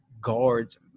guards